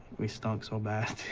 we stunk so bad.